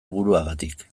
buruagatik